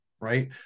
right